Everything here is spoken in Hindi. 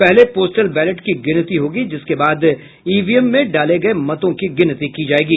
पहले पोस्टल बैलेट की गिनती होगी जिसके बाद ईवीएम में डाले गये मतों की गिनती की जायेगी